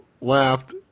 laughed